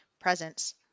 presence